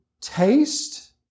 taste